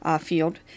field